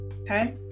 okay